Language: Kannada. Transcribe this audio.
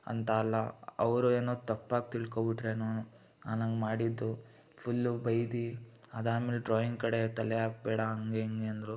ಅಂತ ಎಲ್ಲ ಅವ್ರು ಏನೋ ತಪ್ಪಾಗಿ ತಿಳ್ಕೊಂಬಿಟ್ರೇನೋ ನಾನು ಹಂಗೆ ಮಾಡಿದ್ದು ಫುಲ್ಲು ಬೈದು ಅದಾದಮೇಲೆ ಡ್ರಾಯಿಂಗ್ ಕಡೆ ತಲೆ ಹಾಕ್ಬೇಡ ಹಂಗೆ ಹಿಂಗೆ ಅಂದರು